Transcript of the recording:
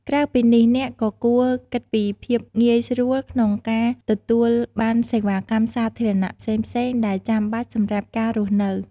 ក្រៅពីនេះ អ្នកក៏គួរគិតពីភាពងាយស្រួលក្នុងការទទួលបានសេវាកម្មសាធារណៈផ្សេងៗ ដែលចាំបាច់សម្រាប់ការរស់នៅ។